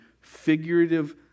figurative